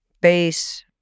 base